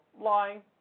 lying